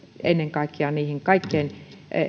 ennen kaikkea kaikkein